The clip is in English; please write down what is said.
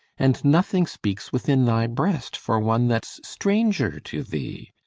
and nothing speaks within thy breast for one that's stranger to thee.